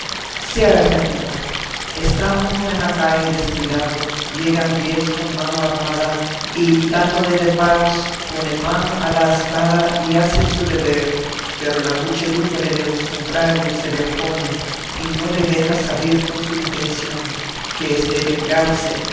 sea ejemplo está uno en la calle descuidado llegan diez con mano armada y dándole de palos pone mano a la espada y hace su deber pero la muchedumbre de los contrarios se le opone y no le deja salir con su intención que es de vengarse